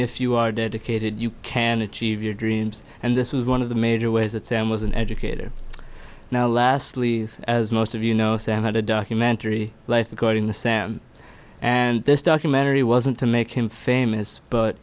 if you are dedicated you can achieve your dreams and this was one of the major ways that sam was an educator now lastly as most of you know sam had a documentary life according the sam and this documentary wasn't to make him famous but